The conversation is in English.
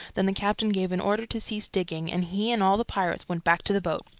then the captain gave an order to cease digging, and he and all the pirates went back to the boat.